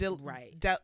right